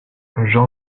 jean